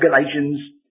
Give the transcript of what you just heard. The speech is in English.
Galatians